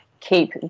keep